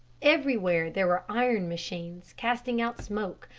everywhere there were iron machines, casting out smoke,